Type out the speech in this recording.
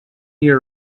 year